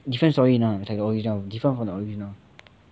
different story now it's like original different from the original